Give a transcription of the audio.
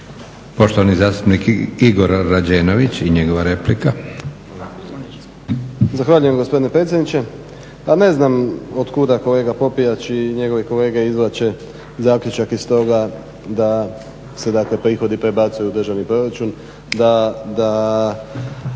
Poštovani zastupnik Igor Rađenović i njegova replika. Izvolite. **Rađenović, Igor (SDP)** Zahvaljujem gospodine predsjedniče. Pa ne znam od kuda kolega Popijač i njegovi kolege izvlače zaključak iz toga da se prihodi prebacuju u državni proračun, da